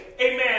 Amen